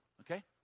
Okay